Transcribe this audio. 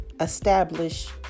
establish